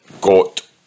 got